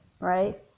Right